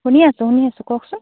শুনি আছোঁ শুনি আছোঁ কওকচোন